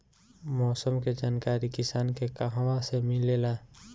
मौसम के जानकारी किसान के कहवा से मिलेला?